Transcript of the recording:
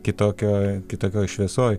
kitokioj kitokioj šviesoj